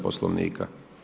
Poslovnika.